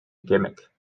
gimmick